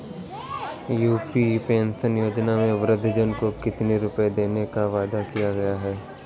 UP pension योजना में वृद्धजन को कितनी रूपये देने का वादा किया गया है?